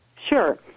Sure